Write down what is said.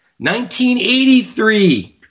1983